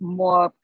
more